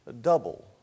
double